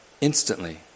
instantly